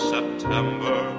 September